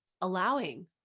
allowing